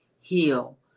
Heal